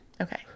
Okay